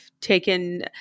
taken